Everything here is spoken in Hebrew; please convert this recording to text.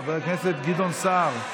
חבר הכנסת גדעון סער,